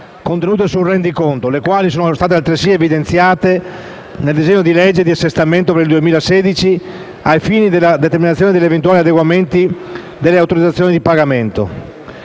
contenute nel Rendiconto, le quali sono state altresì evidenziate nel disegno di legge di assestamento per il 2016, ai fini della determinazione degli eventuali adeguamenti delle autorizzazioni di pagamento.